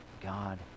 God